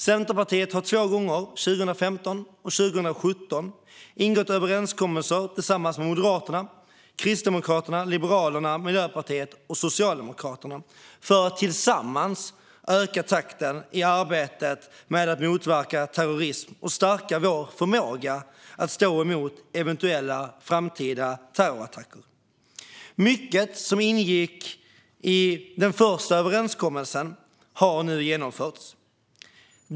Centerpartiet har två gånger, 2015 och 2017, ingått överenskommelser med Moderaterna, Kristdemokraterna, Liberalerna, Miljöpartiet och Socialdemokraterna för att tillsammans öka takten i arbetet med att motverka terrorism och stärka vår förmåga att stå emot eventuella framtida terrorattacker. Mycket av det som ingick i den första överenskommelsen har nu genomförts.